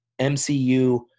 MCU